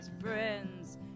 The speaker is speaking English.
friends